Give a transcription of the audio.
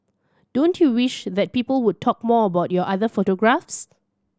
don't you wish that people would talk more about your other photographs